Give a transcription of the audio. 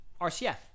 RCF